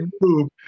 move